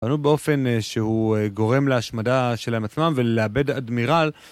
בנו באופן שהוא גורם להשמדה שלהם עצמם ולאבד אדמירל.